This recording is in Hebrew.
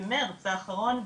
במרץ האחרון,